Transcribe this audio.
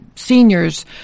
Seniors